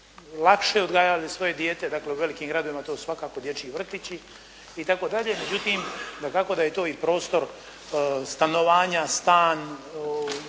lakše odgajali svoje dijete. Dakle u velikim gradovima to su svakako dječji vrtići i tako dalje. Međutim dakako da je to i prostor stanovanja, stan,